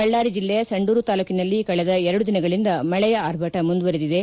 ಬಳ್ಳಾರಿ ಜಿಲ್ಲೆ ಸಂಡೂರು ತಾಲೂಕಿನಲ್ಲಿ ಕಳೆದ ಎರಡು ದಿನಗಳಿಂದ ಮಳೆ ಅರ್ಭಟ ಮುಂದುವರೆದಿದೆ